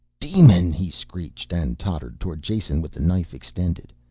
demon! he screeched and tottered towards jason with the knife extended.